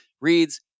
reads